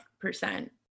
percent